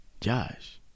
Josh